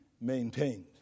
maintained